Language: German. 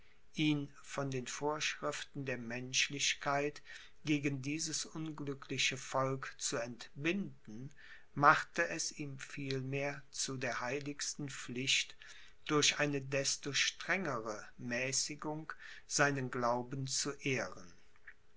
ihn von den vorschriften der menschlichkeit gegen dieses unglückliche volk zu entbinden machte es ihm vielmehr zu der heiligsten pflicht durch eine desto strengere mäßigung seinen glauben zu ehren